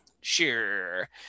sure